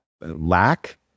lack